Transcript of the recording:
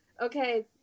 Okay